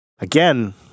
again